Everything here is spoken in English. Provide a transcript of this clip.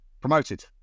promoted